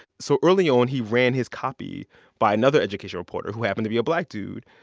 so early on, he ran his copy by another education reporter who happened to be a black dude,